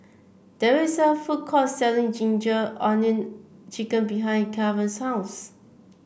there is a food court selling Ginger Onions chicken behind Kavon's house